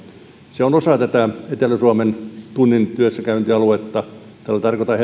se on osa tätä etelä suomen tunnin työssäkäyntialuetta tällä tarkoitan